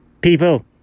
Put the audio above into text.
people